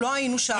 לא היינו שם.